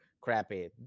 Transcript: crappy